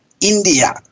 India